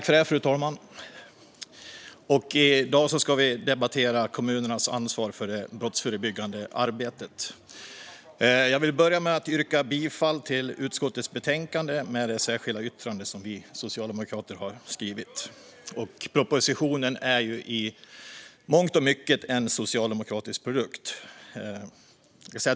Fru talman! Vi ska nu debattera kommunernas ansvar för det brottsförebyggande arbetet. Jag vill börja med att yrka bifall till utskottets förslag i betänkandet, där vi socialdemokrater har ett särskilt yttrande. Propositionen är i mångt och mycket en socialdemokratisk produkt.